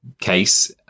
case